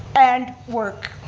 and work.